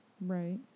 Right